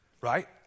Right